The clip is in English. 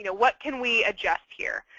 you know what can we adjust here?